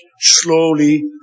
slowly